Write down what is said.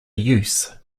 use